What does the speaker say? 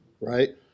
right